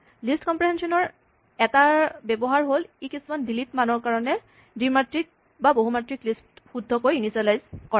list comprehension ৰ এটা ব্যৱহাৰ হ'ল কিছুমান ডিফল্ট মানৰ কাৰণে দ্বিমাত্ৰিক বা বহুমাত্ৰিক লিষ্ট শুদ্ধকৈ ইনিচিয়েলাইজ কৰাটো